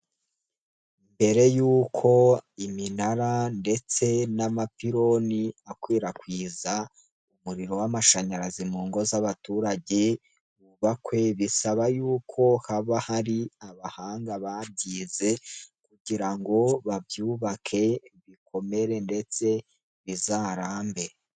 Mbere y'uko iminara ndetse n'amapironi akwirakwiza umuriro w'amashanyarazi mu ngo z'abaturage bubakwe, bisaba yuko haba hari abahanga babyize kugira ngo babyubake bikomere ndetse bizarambe.